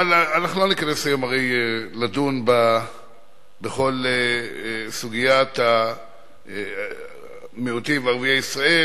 אבל לא ניכנס היום לדון בכל סוגיית המיעוטים וערביי ישראל,